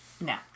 No